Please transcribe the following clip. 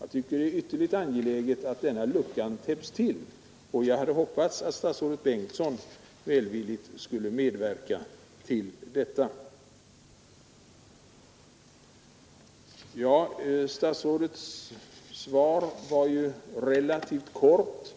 Jag tycker att det är ytterligt angeläget att den här luckan täpps till, och jag hade hoppats att statsrådet Bengtsson välvilligt skulle medverka till det. Statsrådets svar var relativt kort.